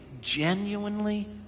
genuinely